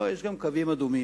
לא, יש גם קווים אדומים,